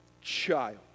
child